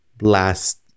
last